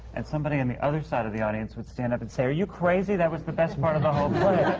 and somebody on the other side of the audience would stand up and say, are you crazy? that was the best part of the whole play!